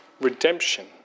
redemption